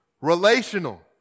relational